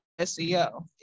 SEO